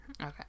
Okay